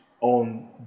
on